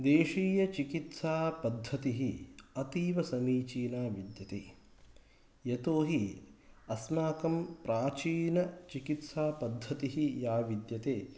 देशीयचिकित्सापद्धतिः अतीवसमीचीना विद्यते यतो हि अस्माकं प्राचीनचिकित्सापद्धतिः या विद्यते